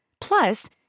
Plus